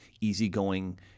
easygoing